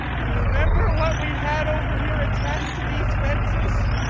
you remember what we had over here, attached to these fences?